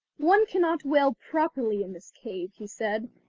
one cannot wail properly in this cave he said,